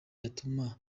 yatuma